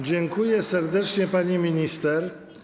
Dziękuję serdecznie, pani minister.